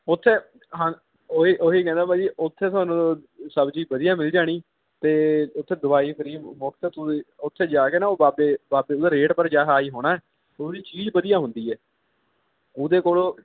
ਉੱਥੇ ਹਾਂ ਉਹ ਹੀ ਉਹ ਹੀ ਕਹਿੰਦਾ ਭਾਅ ਜੀ ਉੱਥੇ ਤੁਹਾਨੂੰ ਸਬਜ਼ੀ ਵਧੀਆ ਮਿਲ ਜਾਣੀ ਅਤੇ ਉੱਥੇ ਦਵਾਈ ਫਰੀ ਮੁਫ਼ਤ ਤੁਸੀਂ ਉੱਥੇ ਜਾ ਕੇ ਨਾ ਉਹ ਬਾਬੇ ਬਾਬੇ ਉਹ ਦਾ ਰੇਟ ਪਰ ਜਾ ਹਾਈ ਹੋਣਾ ਪਰ ਉਹਦੀ ਚੀਜ਼ ਵਧੀਆ ਹੁੰਦੀ ਹੈ ਉਹਦੇ ਕੋਲੋਂ